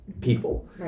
people